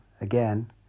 again